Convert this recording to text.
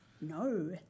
No